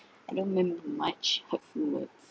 I don't remember much hurtful words